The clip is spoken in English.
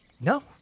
no